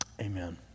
amen